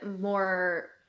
more